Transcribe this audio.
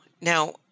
Now